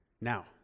Now